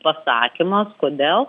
pasakymas kodėl